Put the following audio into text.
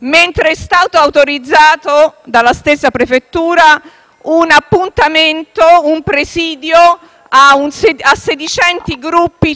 invece stato autorizzato, dalla stessa prefettura, un appuntamento, un presidio, di sedicenti gruppi